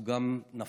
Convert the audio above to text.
הוא גם נפל